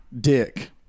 dick